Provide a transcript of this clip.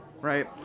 right